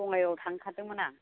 बङाइगावआव थांनो ओंखारदोंमोन आं